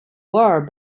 war